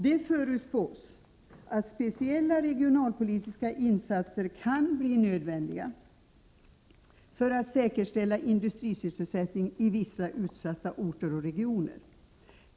Det förutspås att speciella regionalpolitiska insatser kan bli nödvändiga för att säkerställa industrisysselsättningen i vissa utsatta orter och regioner.